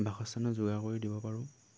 বাসস্থানৰ যোগাৰ কৰি দিব পাৰোঁ